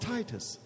Titus